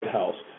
house